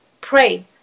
pray